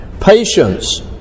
Patience